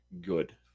good